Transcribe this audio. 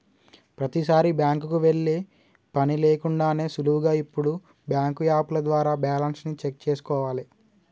ప్రతీసారీ బ్యాంకుకి వెళ్ళే పని లేకుండానే సులువుగా ఇప్పుడు బ్యాంకు యాపుల ద్వారా బ్యాలెన్స్ ని చెక్ చేసుకోవాలే